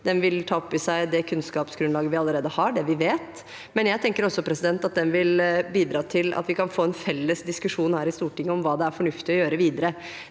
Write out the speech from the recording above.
den vil ta opp i seg det kunnskapsgrunnlaget vi allerede har – det vi vet – men jeg tenker også at den vil bidra til at vi kan få en felles diskusjon her i Stortinget om hva det er fornuftig å gjøre videre.